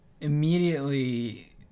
immediately